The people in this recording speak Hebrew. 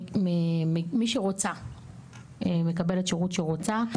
מי שרוצה מקבלת שירות שרוצה.